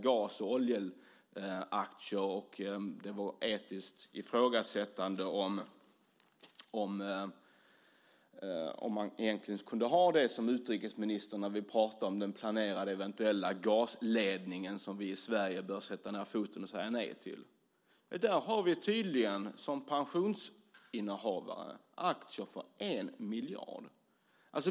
Det var ett etiskt ifrågasättande av om han egentligen kunde ha det som utrikesminister när vi pratar om den planerade eventuella gasledningen som vi i Sverige bör sätta ned foten och säga nej till. Där har vi som pensionsinnehavare tydligen aktier för 1 miljard.